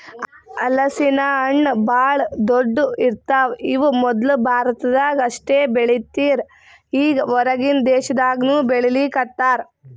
ಹಲಸಿನ ಹಣ್ಣ್ ಭಾಳ್ ದೊಡ್ಡು ಇರ್ತವ್ ಇವ್ ಮೊದ್ಲ ಭಾರತದಾಗ್ ಅಷ್ಟೇ ಬೆಳೀತಿರ್ ಈಗ್ ಹೊರಗಿನ್ ದೇಶದಾಗನೂ ಬೆಳೀಲಿಕತ್ತಾರ್